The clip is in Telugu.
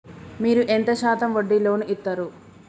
మీరు ఎంత శాతం వడ్డీ లోన్ ఇత్తరు?